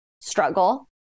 struggle